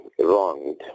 wronged